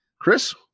chris